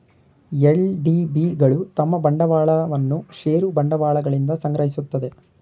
LDB ಗಳು ತಮ್ಮ ಬಂಡವಾಳವನ್ನು ಷೇರು ಬಂಡವಾಳಗಳಿಂದ ಸಂಗ್ರಹಿಸುತ್ತದೆ